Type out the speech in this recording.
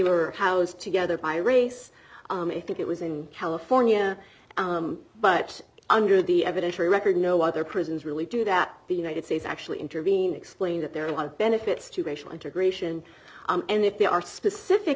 were housed together by race i think it was in california but under the evidentiary record no other prisons really do that the united states actually intervene explain that there are a lot of benefits to racial integration and if there are specific